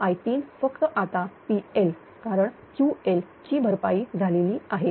i3 फक्त आता PL कारण QL की भरपाई झालेली आहे